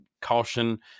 caution